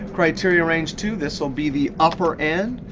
criteria range two this will be the upper end,